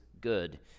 good